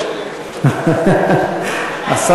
להצטער על דברים שלא אמרתי.